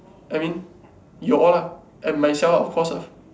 I mean you all and myself of course ah